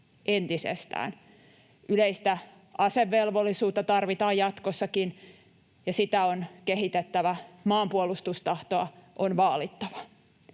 entisestään. Yleistä asevelvollisuutta tarvitaan jatkossakin, ja sitä on kehitettävä. Maanpuolustustahtoa on vaalittava.